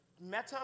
Meta